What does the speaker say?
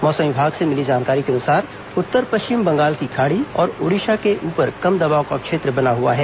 मौसम विभाग से मिली जानकारी के अनुसार उत्तर पश्चिम बंगाल की खाड़ी और ओडिशा के ऊपर कम दबाव का क्षेत्र बना हुआ है